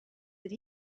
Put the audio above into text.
that